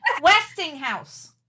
Westinghouse